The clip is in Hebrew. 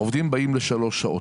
העובדים באים לשלוש שעות.